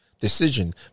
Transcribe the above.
decision